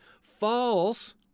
False